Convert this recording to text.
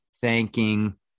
thanking